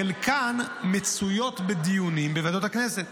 שחלקן מצויות בדיונים בוועדות הכנסת,